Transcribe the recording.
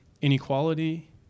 inequality